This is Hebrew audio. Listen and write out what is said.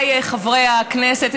חבריי חברי הכנסת,